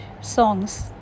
songs